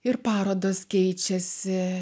ir parodos keičiasi